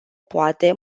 poate